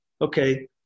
okay